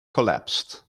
collapsed